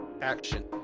action